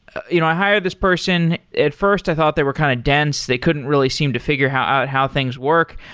you know i hire this person. at first i thought they were kind of dense. they couldn't really seem to figure out how things work,